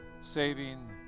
saving